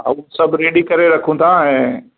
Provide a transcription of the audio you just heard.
हा उहो सभु रेडी करे रखूं था ऐं